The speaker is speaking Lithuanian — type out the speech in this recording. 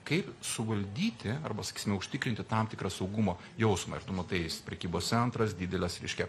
kaip suvaldyti arba sakysime užtikrinti tam tikra saugumo jausmą ir tu matai prekybos centras didelės reiškia